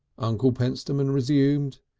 uncle pentstemon resumed.